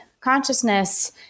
consciousness